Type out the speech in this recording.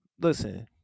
listen